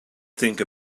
think